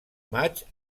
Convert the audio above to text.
maig